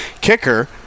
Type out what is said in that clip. kicker